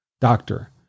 Doctor